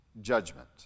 judgment